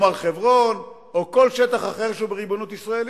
הר-חברון או כל שטח אחר שבריבונות ישראלית.